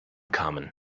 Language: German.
kamen